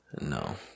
No